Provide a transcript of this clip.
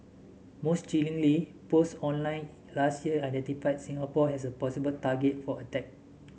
most chillingly post online last year identified Singapore as a possible target for attack